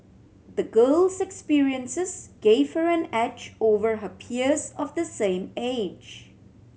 the girl's experiences gave her an edge over her peers of the same age